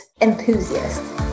enthusiasts